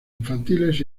infantiles